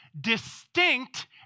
distinct